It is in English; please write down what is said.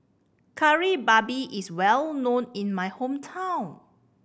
Kari Babi is well known in my hometown